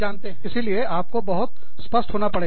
इसीलिए आप को बहुत स्पष्ट होना पड़ेगा